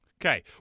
Okay